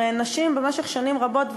הרי נשים במשך שנים רבות,